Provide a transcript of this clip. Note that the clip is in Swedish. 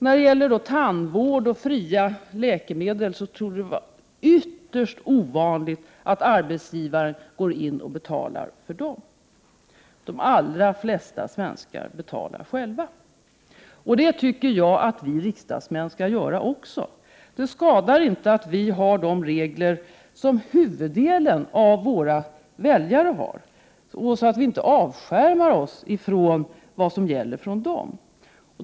När det gäller tandvård och fria läkemedel torde det vara ytterst ovanligt att arbetsgivaren går in och betalar. De allra flesta svenskar betalar själva. Det tycker jag att också vi riksdagsmän skall göra. Det skadar inte att vi har de regler som huvuddelen av våra väljare har så att vi inte avskärmar oss från vad som gäller för dem.